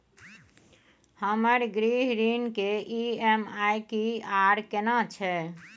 हमर गृह ऋण के ई.एम.आई की आर केना छै?